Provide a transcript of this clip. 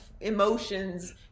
emotions